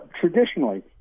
traditionally